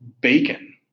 bacon